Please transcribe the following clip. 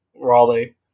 Raleigh